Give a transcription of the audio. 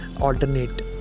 alternate